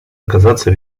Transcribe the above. оказаться